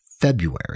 February